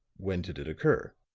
when did it occur?